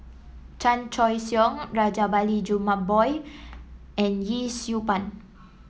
Chan Choy Siong Rajabali Jumabhoy and Yee Siew Pun